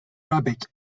rabbit